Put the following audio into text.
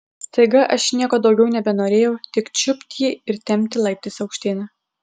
staiga aš nieko daugiau nebenorėjau tik čiupt jį ir tempti laiptais aukštyn